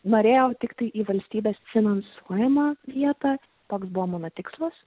norėjau tiktai į valstybės finansuojamą vietą toks buvo mano tikslas